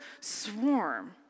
swarm